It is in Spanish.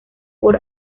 por